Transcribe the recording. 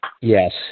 Yes